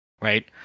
right